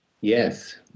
Yes